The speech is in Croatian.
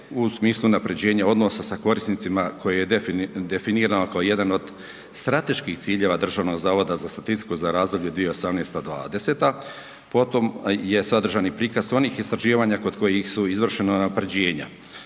u smislu unaprjeđenja odnosa sa korisnicima koje je definirao kao jedan od strateških ciljeva Državnog zavoda za statistiku za razdoblje 2018.-2020., potom je sadržani prikaz onih istraživanja kod kojih su izvršena kod kojih